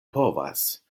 povas